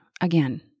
again